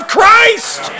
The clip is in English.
Christ